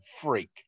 freak